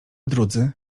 drudzy